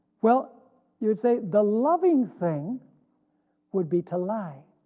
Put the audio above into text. well you would say the loving thing would be to lie